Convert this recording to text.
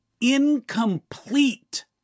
incomplete